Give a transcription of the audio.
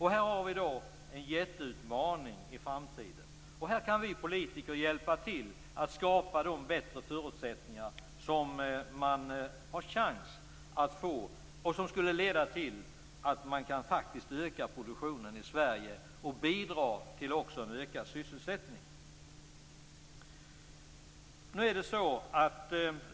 Här har vi en jätteutmaning inför framtiden. Vi politiker kan hjälpa till att skapa de bättre förutsättningar som skulle leda till en ökning av produktionen i Sverige, vilket också skulle bidra till ökad sysselsättning.